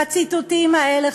והציטוטים האלה,